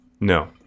No